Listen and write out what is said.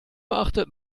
achtet